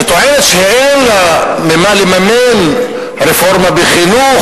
שטוענת שאין לה ממה לממן רפורמה בחינוך,